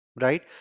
Right